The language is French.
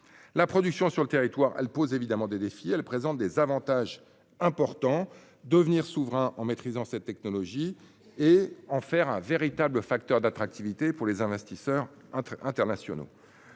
de l'hydrogène sur le territoire est certes un défi, mais cela présente des avantages importants : devenir souverain en maîtrisant cette technologie et en faire un véritable facteur d'attractivité pour les investisseurs internationaux.